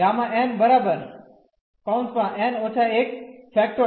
તેથી Γ n − 1